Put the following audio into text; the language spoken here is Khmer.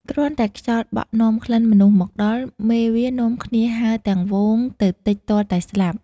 គ្រាន់តែខ្យល់បក់នាំក្លិនមនុស្សមកដល់ មេវានាំគ្នាហើរទាំងហ្វូងទៅទិចទាល់តែស្លាប់។